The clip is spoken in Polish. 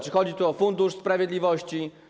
Czy chodzi tu o Fundusz Sprawiedliwości?